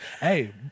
hey